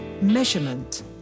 measurement